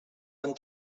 han